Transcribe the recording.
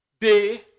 day